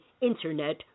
internet